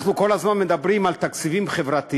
אנחנו כל הזמן מדברים על תקציבים חברתיים,